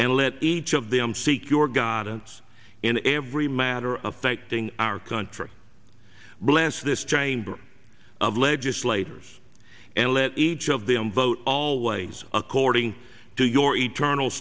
and let each of them seek your guidance in every matter of our country bless this chamber of legislators and let each of them vote always according to your eternal